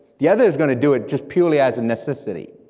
the other's gonna do it just purely as a necessity,